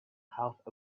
half